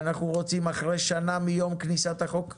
אנחנו רוצים, אחרי שנה מיום כניסת החוק לתוקף,